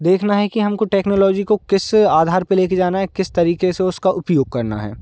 देखना है कि हमको टेक्नोलॉजी को किस आधार पे लेकर जाना है किस तरीके से उसका उपयोग करना है